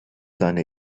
seine